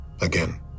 again